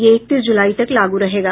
यह इकतीस जुलाई तक लागू रहेगा